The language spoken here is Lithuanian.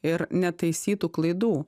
ir netaisytų klaidų